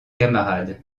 camarades